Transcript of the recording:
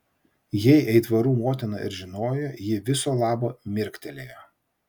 jei aitvarų motina ir žinojo ji viso labo mirktelėjo